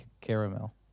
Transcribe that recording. caramel